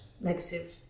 negative